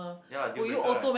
ya lah deal breaker lah